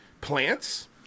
plants